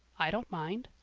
i don't mind.